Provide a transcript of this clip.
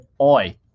Oi